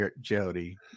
Jody